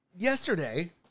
Yesterday